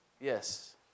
Yes